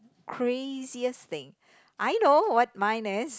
craziest thing I know what mine is